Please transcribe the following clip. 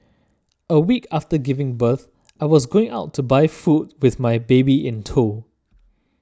a week after giving birth I was going out to buy food with my baby in tow